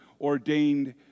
ordained